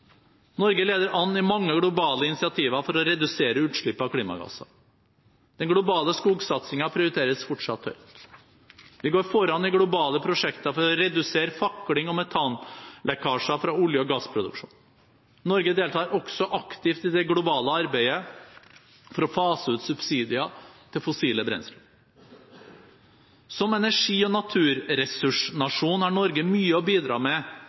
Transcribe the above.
Norge leder an i mange globale initiativer for å redusere utslipp av klimagasser. Den globale skogsatsingen prioriteres fortsatt høyt. Vi går foran i globale prosjekter for å redusere fakling og metanlekkasjer fra olje- og gassproduksjon. Norge deltar også aktivt i det globale arbeidet for å fase ut subsidier til fossile brensler. Som energi- og naturressursnasjon har Norge mye å bidra med